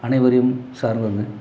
அனைவரையும் சார்ந்தது